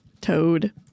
toad